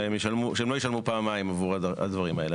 שהם לא ישלמו פעמיים עבור הדברים האלה.